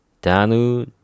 Danu